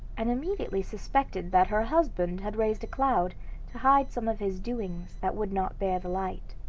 and immediately suspected that her husband had raised a cloud to hide some of his doings that would not bear the light.